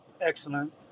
Excellent